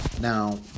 Now